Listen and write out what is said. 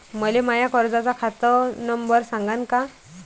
मले माया कर्जाचा खात नंबर सांगान का?